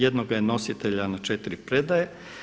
Jednoga je nositelj, na 4 predaje.